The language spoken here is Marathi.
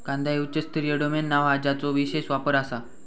कांदा हे उच्च स्तरीय डोमेन नाव हा ज्याचो विशेष वापर आसा